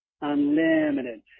Unlimited